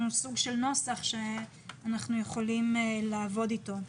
סוג של נוסח שאנחנו יכולים לעבוד אתו.